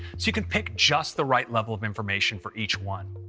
so you can pick just the right level of information for each one.